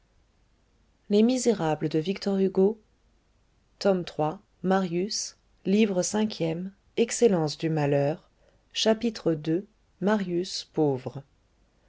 angusta livre cinquième excellence du malheur chapitre i marius indigent chapitre ii marius pauvre